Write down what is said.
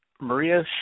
Maria